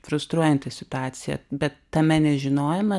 frustruojanti situacija bet tame nežinojome